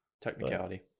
technicality